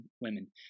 women